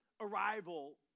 arrival